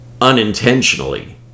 unintentionally